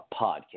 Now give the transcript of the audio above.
podcast